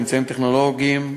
אמצעים טכנולוגיים,